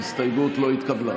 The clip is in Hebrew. ההסתייגות לא התקבלה.